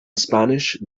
spanish